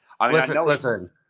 Listen